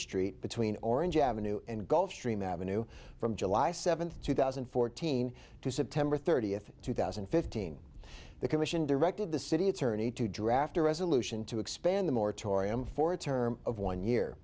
street between orange avenue and gulf stream avenue from july seventh two thousand and fourteen to september thirtieth two thousand and fifteen the commission directed the city attorney to draft a resolution to expand the moratorium for a term of one year